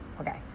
Okay